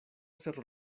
cerró